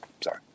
Sorry